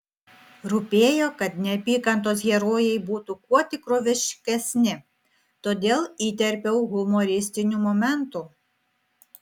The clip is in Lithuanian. rūpėjo kad neapykantos herojai būtų kuo tikroviškesni todėl įterpiau humoristinių momentų